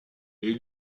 est